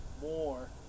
more